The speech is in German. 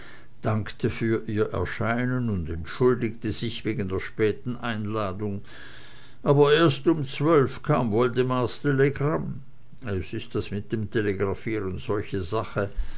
dankte für ihr erscheinen und entschuldigte sich wegen der späten einladung aber erst um zwölf kam woldemars telegramm es ist das mit dem telegraphieren solche sache